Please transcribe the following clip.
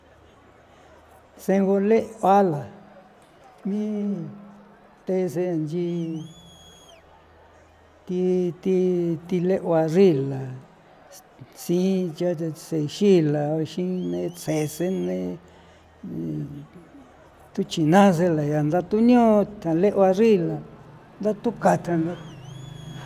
See' ngule' a la mii thé sen nchi thi thi thi le'guasi la si tsje tsexila o xine tjese ne thuchina sena la ya ntha thunio tan le'guaxrila ntha thu kan canthan.